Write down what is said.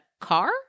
car